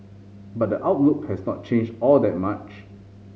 but the outlook has not changed all that much